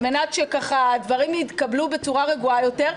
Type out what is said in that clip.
על מנת שדברים יתקבלו בצורה רגועה יותר,